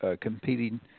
competing